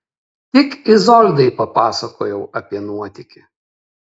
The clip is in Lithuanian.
tik izoldai papasakojau apie nuotykį